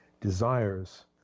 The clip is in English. desires